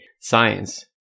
science